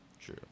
True